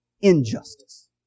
injustice